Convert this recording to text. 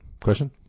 question